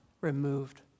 removed